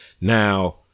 Now